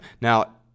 now